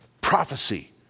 prophecy